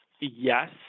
yes